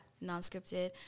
non-scripted